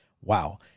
Wow